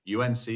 unc